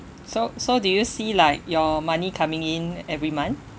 so so do you see like your money coming in every month